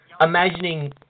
imagining